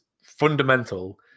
fundamental